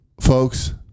folks